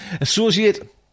associate